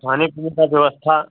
खाने पीने का व्यवस्था